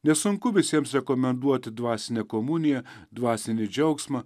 nesunku visiems rekomenduoti dvasinę komuniją dvasinį džiaugsmą